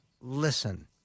listen